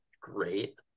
great